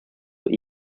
were